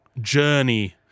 journey